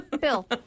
Bill